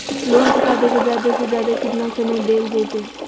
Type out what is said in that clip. Loan चुकाबे के जादे से जादे केतना समय डेल जयते?